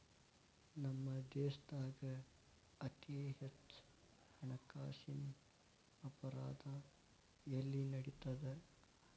ನಮ್ಮ ದೇಶ್ದಾಗ ಅತೇ ಹೆಚ್ಚ ಹಣ್ಕಾಸಿನ್ ಅಪರಾಧಾ ಎಲ್ಲಿ ನಡಿತದ?